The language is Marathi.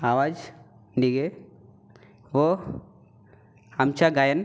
आवाज निघेल व आमचा गायन